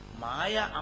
Maya